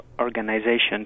organizations